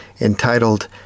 entitled